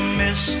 miss